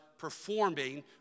Performing